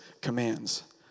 commands